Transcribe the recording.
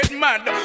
mad